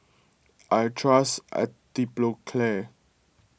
I trust Atopiclair